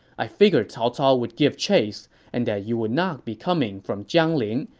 i figured cao cao would give chase and that you would not be coming from jiangling,